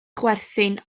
chwerthin